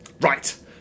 Right